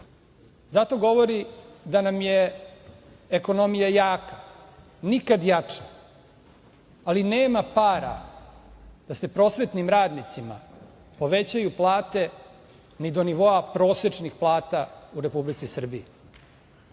Zato govori da nam je ekonomija jaka, nikad jača, ali nema para da se prosvetnim radnicima povećaju plate ni do nivoa prosečnih plata u Republici Srbiji,